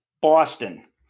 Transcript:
Boston